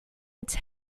its